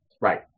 right